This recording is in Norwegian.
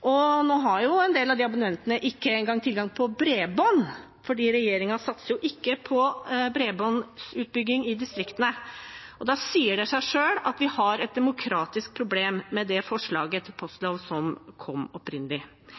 En del av disse abonnentene har ikke engang tilgang på bredbånd, for regjeringen satser jo ikke på bredbåndsutbygging i distriktene. Da sier det seg selv at vi har et demokratisk problem med det forslaget til postlov som kom opprinnelig.